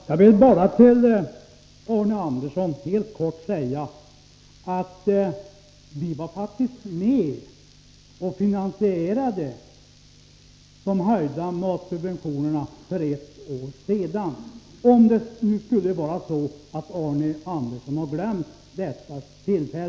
Fru talman! Jag vill till Arne Andersson i Ljung helt kort säga att vi faktiskt var med och finansierade de höjda matsubventionerna för ett år sedan — om det nu skulle vara så att Arne Andersson glömt bort detta.